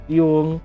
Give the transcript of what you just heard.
yung